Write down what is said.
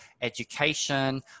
education